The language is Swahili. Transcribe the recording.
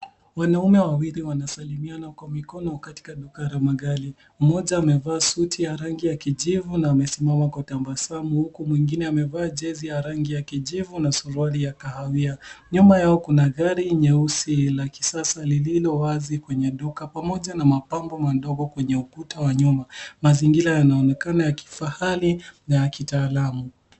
Wanaume wawili wanasalimiana kwa mikono katika duka la magari. Mmoja amevaa suti ya rangi ya kijivu na amesimama kwa tabasamu huku mwingine amevaa jezi ya rangi ya kijivu na suruali ya kahawia. Nyuma Yao kuna gari nyeusi la kisasa lililo wazi kwenye duka pamoja na mapambo madogo kwenye ukuta wa nyuma. Mazingira yanaonekana ya kifahari na ya kitaalamu.